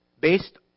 based